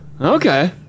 Okay